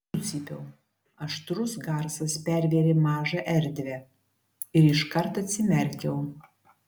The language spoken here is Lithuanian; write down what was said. sucypiau aštrus garsas pervėrė mažą erdvę ir iškart atsimerkiau